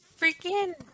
Freaking